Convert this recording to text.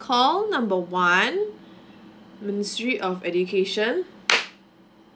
call number one ministry of education